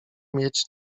mieć